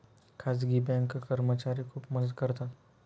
खाजगी बँक कर्मचारी खूप मदत करतात